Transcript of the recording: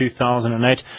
2008